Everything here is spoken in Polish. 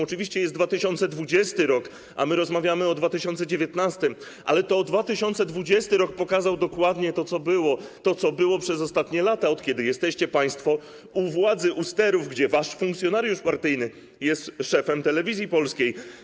Oczywiście jest 2020 r., a my rozmawiamy o 2019 r., ale to 2020 r. pokazał dokładnie to, co działo się przez ostatnie lata, od kiedy jesteście państwo u władzy, u sterów, od kiedy wasz funkcjonariusz partyjny jest szefem Telewizji Polskiej.